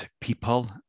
people